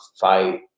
fight